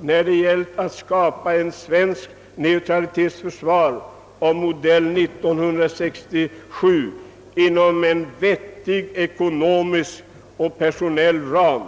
när det gällt att skapa ett svenskt neutralitetsförsvar av modell 1967 inom en vettig ekonomisk och personell ram?